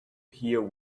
hear